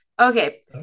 Okay